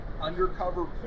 undercover